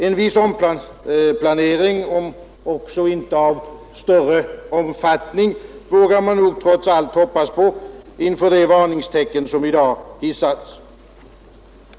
En viss omplanering, om också inte av större omfattning, vågar man nog trots allt hoppas på inför de varningstecken som i dag har hissats.